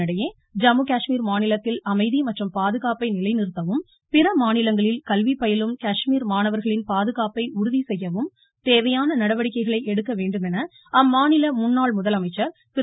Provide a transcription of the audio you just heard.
இதனிடையே ஜம்மு காஷ்மீர் மாநிலத்தில் அமைதி மற்றும் பாதுகாப்பை நிலைநிறுத்தவும் பிற மாநிலங்களில் கல்வி பயிலும் காஷ்மீர் மாணவர்களின் பாதுகாப்பை உறுதி செய்யவும் தேவையான நடவடிக்கைகளை எடுக்க வேண்டுமென அம்மாநில முன்னாள் முதலமைச்சர் திரு